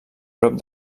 prop